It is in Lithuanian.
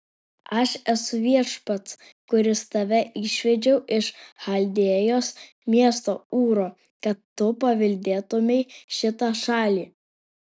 aš esu viešpats kuris tave išvedžiau iš chaldėjos miesto ūro kad tu paveldėtumei šitą šalį